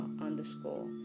underscore